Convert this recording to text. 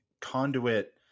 conduit